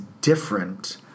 different